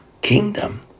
kingdom